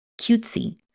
cutesy